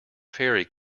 fairy